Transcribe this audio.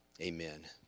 amen